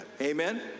Amen